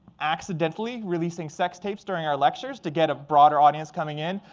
accidentally, releasing sex tapes during our lectures to get a broader audience coming in.